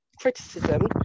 criticism